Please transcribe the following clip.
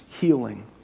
healing